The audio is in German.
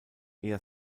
eher